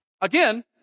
Again